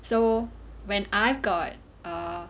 so when I've got err